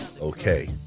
okay